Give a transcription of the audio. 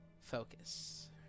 focus